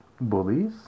bullies